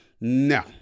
no